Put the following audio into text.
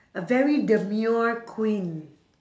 a very demure queen